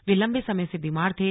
वे लंबे समय से बीमार थे